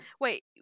wait